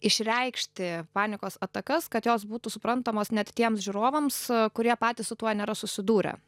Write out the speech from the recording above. išreikšti panikos atakas kad jos būtų suprantamos net tiems žiūrovams kurie patys su tuo nėra susidūrę